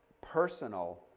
personal